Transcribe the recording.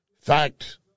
fact